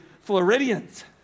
Floridians